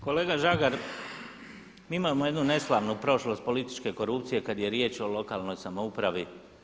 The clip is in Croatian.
Kolega Žagar, mi imamo jednu neslavnu prošlost političke korupcije kada je riječ o lokalnoj samoupravi.